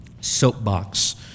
soapbox